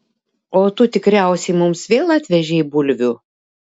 o tu tikriausiai mums vėl atvežei bulvių